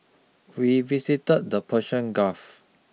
we visit the Persian Gulf